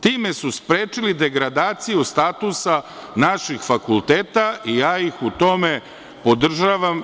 Time su sprečili degradaciju statusa naših fakulteta i ja ih u tome podržavam.